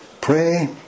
pray